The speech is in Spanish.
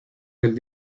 del